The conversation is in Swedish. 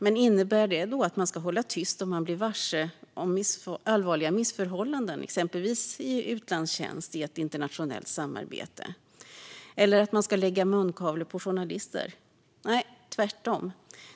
Men innebär det att man ska hålla tyst om man blir varse allvarliga missförhållanden, exempelvis i utlandstjänst inom ramen för ett internationellt samarbete? Eller att det ska sättas munkavle på journalister? Nej, tvärtom.